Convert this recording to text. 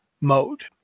mode